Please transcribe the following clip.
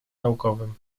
naukowym